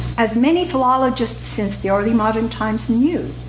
as many philologists since the early modern times knew,